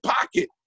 pocket